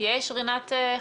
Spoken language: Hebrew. יש רינת חכים?